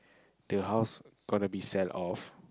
the house gotta be sell off